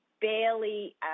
barely